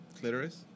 clitoris